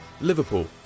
Liverpool